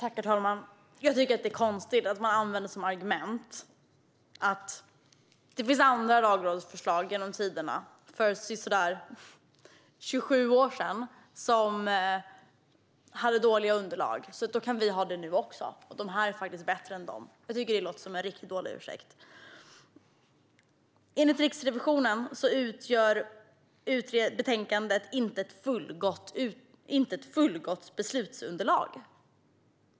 Herr talman! Jag tycker att det är konstigt att använda som argument att det har funnits andra lagrådsremisser genom tiderna som haft dåliga underlag, för sisådär 27 år sedan, så då kan vi ha det nu också, och den här lagrådsremissen är bättre än de tidigare. Det låter som en riktigt dålig ursäkt. Enligt Riksrevisionen utgör betänkandet inte ett fullgott beslutsunderlag.